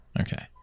Okay